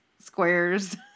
squares